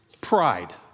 pride